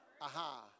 Aha